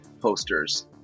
posters